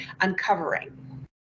uncovering